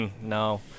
No